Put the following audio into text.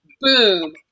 boom